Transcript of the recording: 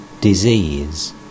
disease